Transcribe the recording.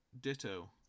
Ditto